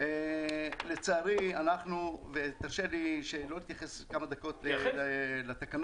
תרשה לי לא להתייחס כמה דקות לתקנות.